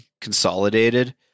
consolidated